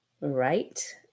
Right